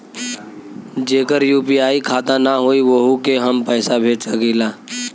जेकर यू.पी.आई खाता ना होई वोहू के हम पैसा भेज सकीला?